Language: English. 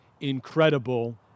incredible